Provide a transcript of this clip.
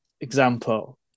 example